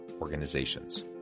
Organizations